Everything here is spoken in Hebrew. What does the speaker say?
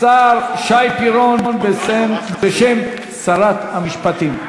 השר שי פירון בשם שרת המשפטים.